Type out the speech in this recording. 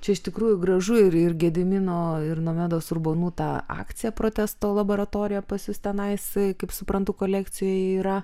čia iš tikrųjų gražu ir ir gedimino ir nomedos urbonų ta akcija protesto laboratorija pas jus tenais kaip suprantu kolekcijoj yra